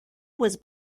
was